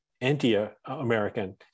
anti-American